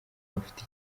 bafite